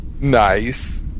Nice